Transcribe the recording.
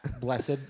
Blessed